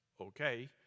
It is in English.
Okay